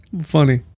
Funny